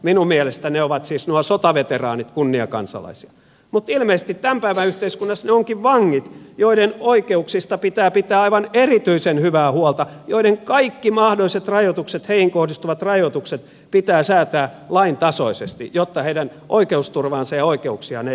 minun mielestäni sotaveteraanit ovat niitä kunniakansalaisia mutta ilmeisesti tämän päivän yhteiskunnassa ne ovatkin vangit joiden oikeuksista pitää pitää aivan erityisen hyvää huolta joiden kaikki mahdolliset rajoitukset heihin kohdistuvat rajoitukset pitää säätää laintasoisesti jotta heidän oikeusturvaansa ja oikeuksiaan ei loukata